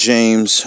James